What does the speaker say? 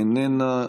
איננה,